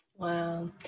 Wow